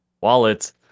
wallets